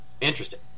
interesting